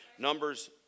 Numbers